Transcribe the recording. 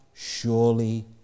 surely